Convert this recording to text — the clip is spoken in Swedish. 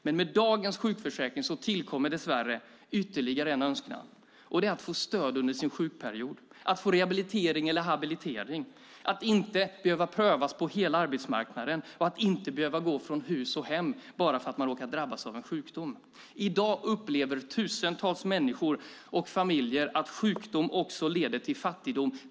Men med dagens sjukförsäkring tillkommer dess värre ytterligare en önskan, och den är att få stöd under sin sjukperiod - att få rehabilitering eller habilitering, att inte behöva prövas mot hela arbetsmarknaden och att inte behöva gå från hus och hem bara för att man råkar drabbas av en sjukdom. I dag upplever tusentals människor och familjer att sjukdom också leder till fattigdom.